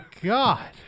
God